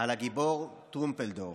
על הגיבור טרומפלדור: